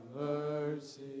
mercy